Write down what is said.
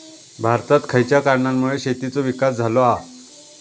भारतात खयच्या कारणांमुळे शेतीचो विकास झालो हा?